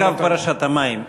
לא, זה היה קו פרשת המים.